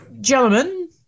Gentlemen